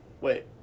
Wait